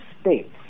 states